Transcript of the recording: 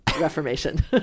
Reformation